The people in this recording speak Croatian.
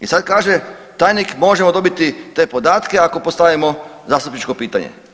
I sad kaže tajnik možemo dobiti te podatke ako postavimo zastupničko pitanje.